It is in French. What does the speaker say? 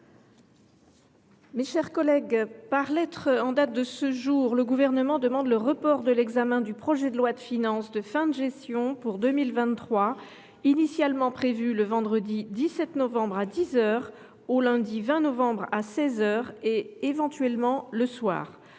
Mes chers collègues, par lettre en date de ce jour, le Gouvernement demande le report de l’examen du projet de loi de finances de fin de gestion pour 2023, initialement prévu le vendredi 17 novembre à dix heures, au lundi 20 novembre à seize heures et, éventuellement, le soir.